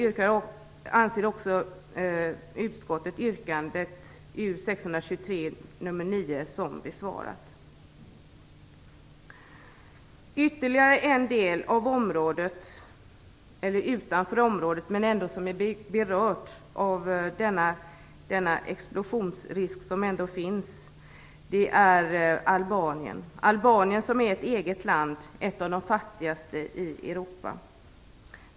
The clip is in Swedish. Ytterligare en del i området, eller egentligen utanför området men ändå en del som berörs av den explosionsrisk som finns, är Albanien. Det är ett eget land, ett av de fattigaste i Europa.